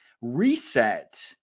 reset